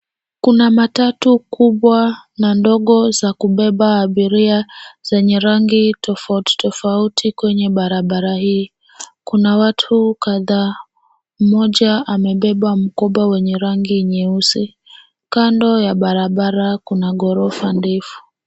Kuna matatu kubwa na ndogo za kubeba abiria zenye rangi tofauti tofauti kwenye barabara hii. Kuna watu kadhaa mmoja amebeba mkoba wenye rangi nyeusi. Kando ya barabara kuna ghorofa ndefu.